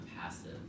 passive